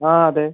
ആ അതെ